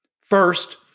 First